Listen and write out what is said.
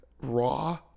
Raw